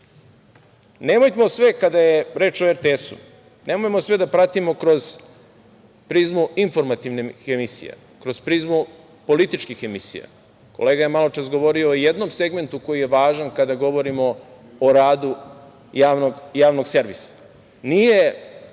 sve, kada je reč o RTS, da pratimo kroz prizmu informativnih emisija, kroz prizmu političkih emisija. Kolega je maločas govorio o jednom segmentu koji je važan kada govorimo o radu Javnog servisa.